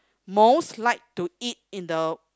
most like to eat in the